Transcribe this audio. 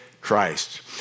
Christ